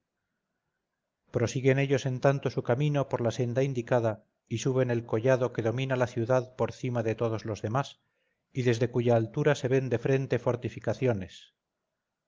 prosiguen ellos en tanto su camino por la senda indicada y suben el collado que domina la ciudad por cima de todos los demás y desde cuya altura se ven de frente fortificaciones